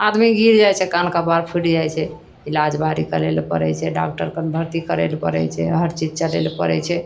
आदमी गिर जाइ छै कान कपार फुटि जाइ छै इलाज बारी करै लए पड़ै छै डाक्टर कन भर्ती करै लए पड़ै छै हर चीज चलै लए पड़ै छै